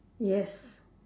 yes